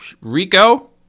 Rico